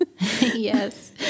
Yes